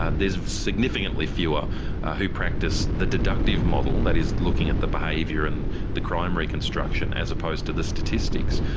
and there's significantly fewer who practice the deductive model and, that is look at the behaviour and the crime reconstruction as opposed to the statistics,